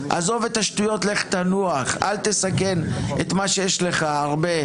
/ עזוב את השטויות לך תנוח / אל תסכן את מה שיש ויש לך הרבה.